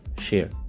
share